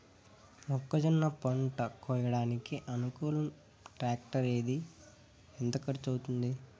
మొక్కజొన్న పంట కోయడానికి అనుకూలం టాక్టర్ ఏది? ఎంత ఖర్చు అవుతుంది?